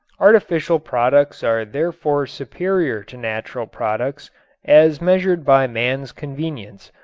artificial products are therefore superior to natural products as measured by man's convenience,